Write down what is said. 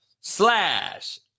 slash